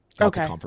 Okay